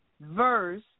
verse